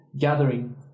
gathering